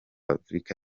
afurica